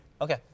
Okay